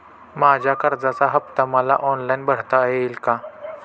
माझ्या कर्जाचा हफ्ता मला ऑनलाईन भरता येईल का?